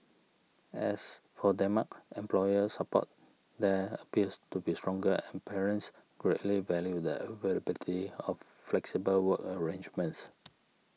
as for Denmark employer support there appears to be stronger and parents greatly value the availability of flexible work arrangements